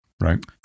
right